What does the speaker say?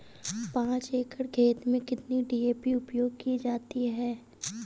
पाँच एकड़ खेत में कितनी डी.ए.पी उपयोग की जाती है?